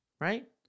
Right